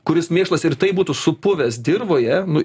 kuris mėšlas ir taip būtų supuvęs dirvoje nu